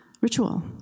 ritual